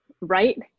right